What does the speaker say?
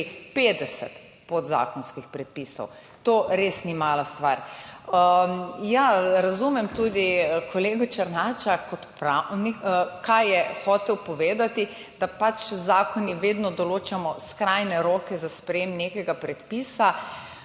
50 podzakonskih predpisov. To res ni mala stvar. Ja, razumem tudi kolega Černača kot pravnika, kaj je hotel povedati, da z zakoni vedno določamo skrajne roke za sprejetje nekega predpisa.